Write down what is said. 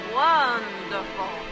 wonderful